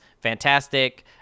fantastic